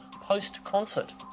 post-concert